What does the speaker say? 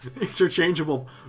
Interchangeable